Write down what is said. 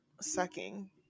sucking